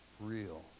real